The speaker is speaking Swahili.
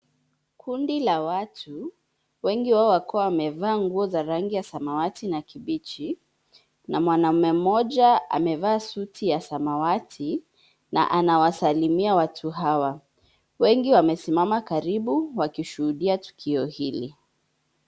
Kundi la watu, wengi wao wakiwa wamevaa nguo za rangi ya samawati na kibichi. Na mwanaume mmoja amevaa suti ya samawati na anawasalimia watu hawa. Wengi wamesimama karibu na wakishuhudia tukio hili.